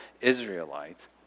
Israelite